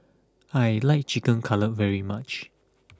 I like Chicken Cutlet very much